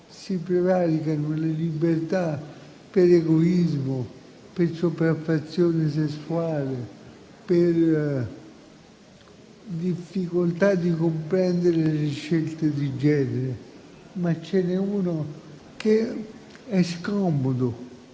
si prevaricano le libertà per egoismo, per sopraffazione sessuale, per difficoltà di comprendere le scelte di genere. Ma ce n'è uno che è scomodo